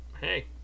hey